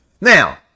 Now